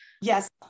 Yes